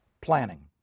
planning